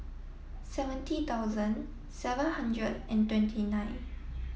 seventy thousand seven hundred and twenty nine